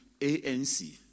ANC